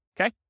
Okay